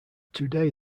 today